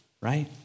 right